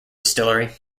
distillery